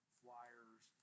flyers